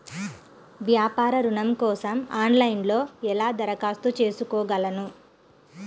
వ్యాపార ఋణం కోసం ఆన్లైన్లో ఎలా దరఖాస్తు చేసుకోగలను?